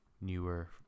newer